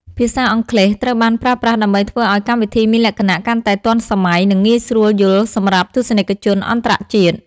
ភាសាអង់គ្លេសត្រូវបានប្រើប្រាស់ដើម្បីធ្វើឱ្យកម្មវិធីមានលក្ខណៈកាន់តែទាន់សម័យ និងងាយស្រួលយល់សម្រាប់ទស្សនិកជនអន្តរជាតិ។